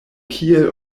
kiel